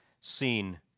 seen